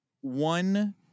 one